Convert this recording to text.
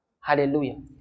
Hallelujah